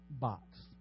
box